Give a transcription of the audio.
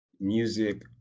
music